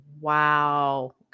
wow